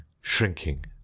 shrinking